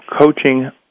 coaching